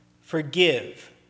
forgive